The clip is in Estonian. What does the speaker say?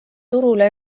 turule